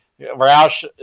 Roush